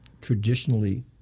traditionally